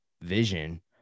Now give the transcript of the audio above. vision